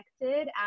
connected